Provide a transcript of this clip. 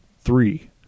three